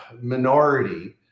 minority